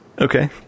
Okay